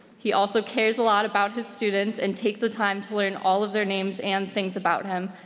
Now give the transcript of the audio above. he also cares a lot about his students and takes the time to learn all of their names and things about him,